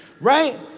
right